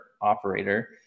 operator